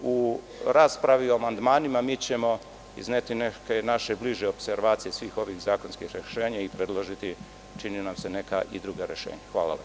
U raspravi o amandmanima, mi ćemo izneti neke naše bliže opservacije svih ovih zakonskih rešenja i predložiti i neka druga rešenja.